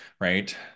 right